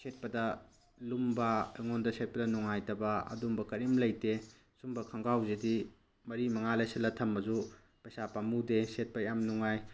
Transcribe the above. ꯁꯦꯠꯄꯗ ꯂꯨꯝꯕ ꯑꯩꯉꯣꯟꯗ ꯁꯦꯠꯄꯗ ꯅꯨꯡꯉꯥꯏꯇꯕ ꯑꯗꯨꯝꯕ ꯀꯔꯤꯝ ꯂꯩꯇꯦ ꯁꯨꯝꯕ ꯈꯣꯡꯒ꯭ꯔꯥꯎꯁꯤꯗꯤ ꯃꯔꯤ ꯃꯉꯥ ꯂꯩꯁꯤꯜꯂ ꯊꯝꯃꯁꯨ ꯄꯩꯁꯥ ꯄꯥꯝꯄꯨꯗꯦ ꯁꯦꯠꯄ ꯌꯥꯝ ꯅꯨꯡꯉꯥꯏ